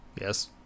Yes